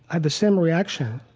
had the same reaction,